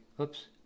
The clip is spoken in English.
oops